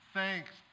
Thanks